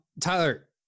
Tyler